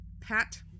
Pat